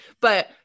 but-